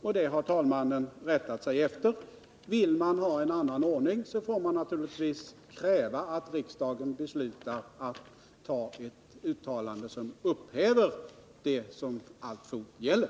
och det har talmannen rättat sig efter. Vill man ha en annan ordning, får man naturligtvis kräva att riksdagen beslutar att upphäva vad som alltfort gäller.